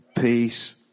peace